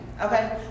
Okay